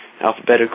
alphabetical